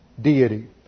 deity